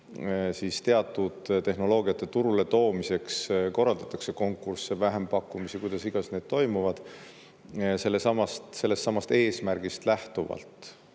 siis teatud tehnoloogiate turule toomiseks korraldatakse konkursse, vähempakkumisi, kuidas iganes need toimuvad, sellestsamast eesmärgist lähtuvalt.